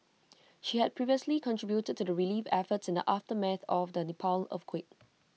she had previously contributed to the relief efforts in the aftermath of the Nepal earthquake